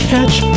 Catch